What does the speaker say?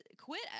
quit